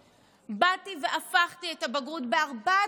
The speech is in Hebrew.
באתי והפכתי את הבגרות בארבעת המקצועות,